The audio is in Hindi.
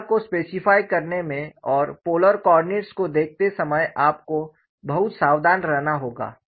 थीटा को स्पेसिफाय करने में और पोलर कोआर्डिनेट्स को देखते समय आपको बहुत सावधान रहना होगा